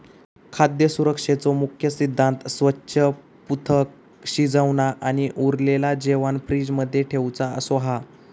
खाद्य सुरक्षेचो मुख्य सिद्धांत स्वच्छ, पृथक, शिजवना आणि उरलेला जेवाण फ्रिज मध्ये ठेउचा असो हा